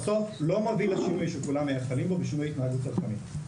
בסוף לא מוביל לשינוי שכולם מייחלים לו בשינוי התנהגות צרכנית.